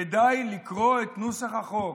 כדאי לקרוא את נוסח החוק.